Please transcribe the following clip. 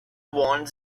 want